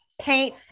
paint